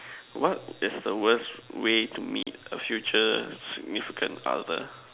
what is the worse way to meet a future significant other